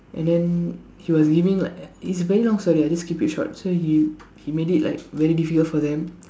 and then he was giving like it's a very long story I'll just keep it short so he he made it like very difficult for them